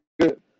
good